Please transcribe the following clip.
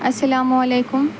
السلام علیکم